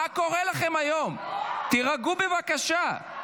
תירגעו בבקשה.